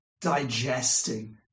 digesting